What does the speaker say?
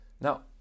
Now